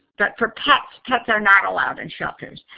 but for pets, pets are not allowed in shelters.